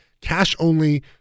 Cash-only